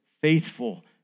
faithful